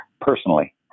personally